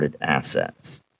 assets